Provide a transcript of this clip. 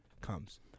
comes